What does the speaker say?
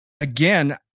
again